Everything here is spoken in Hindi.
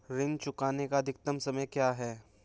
ऋण चुकाने का अधिकतम समय क्या है?